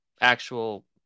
actual